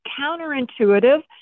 counterintuitive